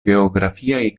geografiaj